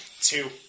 two